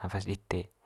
nafas dite